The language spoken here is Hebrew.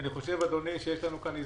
אדוני, אני חושב שיש לנו כאן הזדמנות,